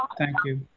ah thank you.